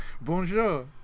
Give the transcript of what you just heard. Bonjour